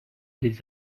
les